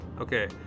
Okay